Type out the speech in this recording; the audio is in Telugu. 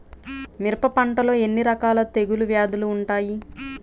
మిరప పంటలో ఎన్ని రకాల తెగులు వ్యాధులు వుంటాయి?